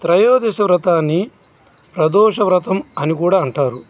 త్రయోదశి వ్రతాన్ని ప్రదోష వ్రతం అని కూడా అంటారు